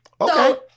Okay